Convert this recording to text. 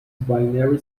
binary